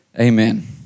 amen